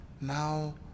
now